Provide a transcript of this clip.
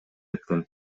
эткен